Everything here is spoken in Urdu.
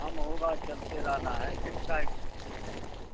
کام ہوگا چلتے رہنا ہے لیٹ کاہے چیز کا لگے گا